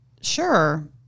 Sure